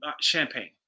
champagne